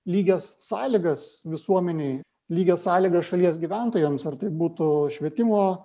lygias sąlygas visuomenėj lygias sąlygas šalies gyventojams ar tai būtų švietimo